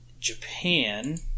Japan